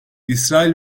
i̇srail